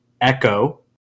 echo